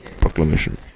proclamation